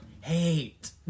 hate